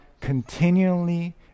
continually